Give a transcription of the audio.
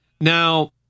now